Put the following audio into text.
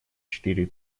четыре